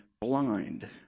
blind